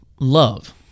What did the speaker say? love